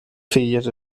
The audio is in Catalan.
filles